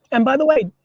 and by the way,